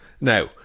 Now